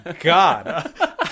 god